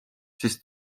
siis